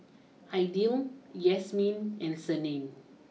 Aidil Yasmin and Senin